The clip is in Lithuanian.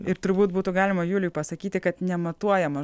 ir turbūt būtų galima juliui pasakyti kad nematuojama